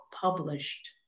published